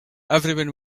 everyone